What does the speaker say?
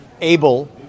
able